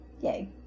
Yay